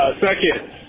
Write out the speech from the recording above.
Second